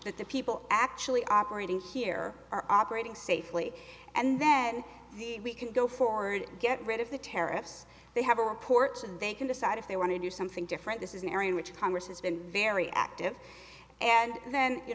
that the people actually operating here are operating safely and then we can go forward get rid of the tariffs they have a report and they can decide if they want to do something different this is an area in which congress has been very active and then you